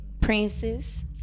princess